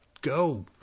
go